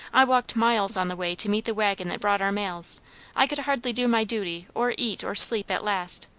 i walked miles on the way to meet the waggon that brought our mails i could hardly do my duty, or eat, or sleep, at last.